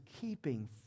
keeping